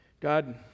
God